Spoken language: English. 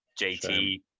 JT